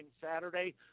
Saturday